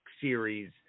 series